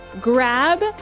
Grab